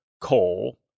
coal